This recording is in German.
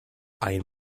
ein